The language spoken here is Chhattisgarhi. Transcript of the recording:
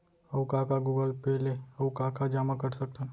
अऊ का का गूगल पे ले अऊ का का जामा कर सकथन?